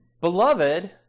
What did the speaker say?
Beloved